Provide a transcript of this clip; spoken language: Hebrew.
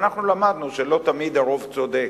ואנחנו למדנו שלא תמיד הרוב צודק.